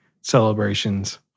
celebrations